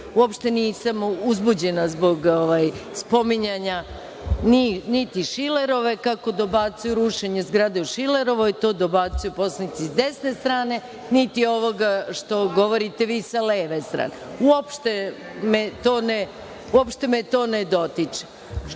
uopšte nisam uzbuđena zbog spominjanja niti Šilerove, kako dobacuju, rušenja zgrade u Šilerovoj, to dobacuju poslanici s desne strane, niti ovoga što govorite vi, sa leve strane. Uopšte me to ne dotiče.